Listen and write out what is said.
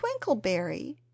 twinkleberry